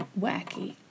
wacky